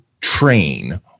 train